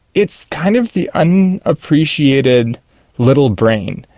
it's kind of the and unappreciated little brain.